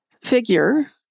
figure